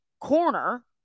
corner